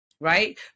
right